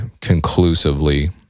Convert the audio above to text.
conclusively